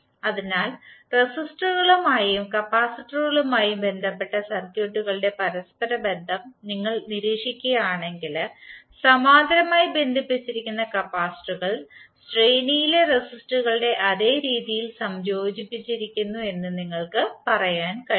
അതിനാൽ റെസിസ്റ്ററുകളുമായും കപ്പാസിറ്ററുകളുമായും ബന്ധപ്പെട്ട സർക്യൂട്ടുകളുടെ പരസ്പരബന്ധം നിങ്ങൾ നിരീക്ഷിക്കുകയാണെങ്കിൽ സമാന്തരമായി ബന്ധിപ്പിച്ചിരിക്കുന്ന കപ്പാസിറ്ററുകൾ ശ്രേണിയിലെ റെസിസ്റ്ററുകളുടെ അതേ രീതിയിൽ സംയോജിപ്പിച്ചിരിക്കുന്നുവെന്ന് നിങ്ങൾക്ക് പറയാൻ കഴിയും